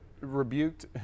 rebuked